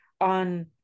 on